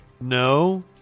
no